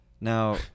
Now